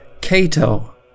Cato